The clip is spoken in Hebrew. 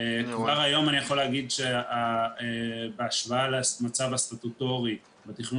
כבר היום אני יכול להגיד שבהשוואה למצב הסטטוטורי בתכנון